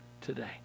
today